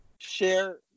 share